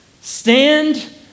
stand